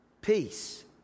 Peace